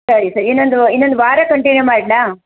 ಸರಿ ಸರಿ ಇನ್ನೊಂದು ಇನ್ನೊಂದು ವಾರ ಕಂಟಿನ್ಯೂ ಮಾಡಲಾ